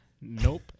Nope